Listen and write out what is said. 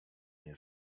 nie